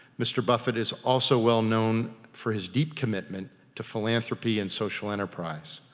mr. buffett is also well known for his deep commitment to philanthropy and social enterprise.